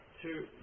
two